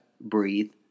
breathe